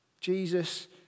Jesus